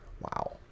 Wow